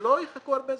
ולא יחכו הרבה זמן.